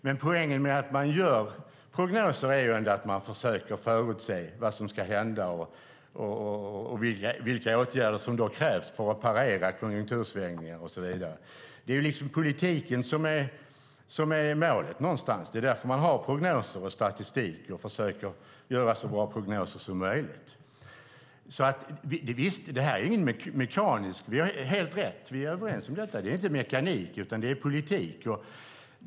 Men poängen med att man gör prognoser är ju att man försöker förutse vad som ska hända och vilka åtgärder som då krävs för att parera konjunktursvängningar och så vidare. Det är politiken som är målet. Det är därför man har prognoser och statistik och försöker att göra så bra prognoser som möjligt. Vi är helt överens om att det här inte är mekanik, utan det är politik.